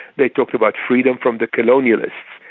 they talked about freedom from the colonialists.